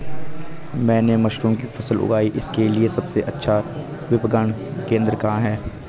मैंने मशरूम की फसल उगाई इसके लिये सबसे अच्छा विपणन केंद्र कहाँ है?